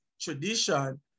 tradition